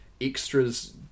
extras